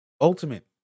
Ultimate